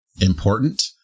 important